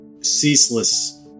ceaseless